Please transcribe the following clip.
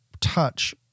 touch